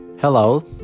Hello